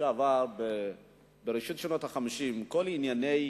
שעבר בראשית שנות ה-50, שכל ענייני